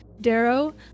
Darrow